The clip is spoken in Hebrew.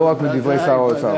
לא רק מדברי שר האוצר.